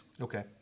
Okay